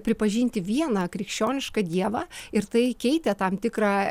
pripažinti vieną krikščionišką dievą ir tai keitė tam tikrą